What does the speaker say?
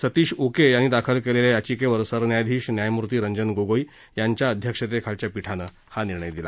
सतीश उके यांनी दाखल केलेल्या याचिकेवर सरन्यायाधीश न्यायमूर्ती रंजन गोगोई यांच्या अध्यक्षतेखालील पीठानं हा निर्णय दिला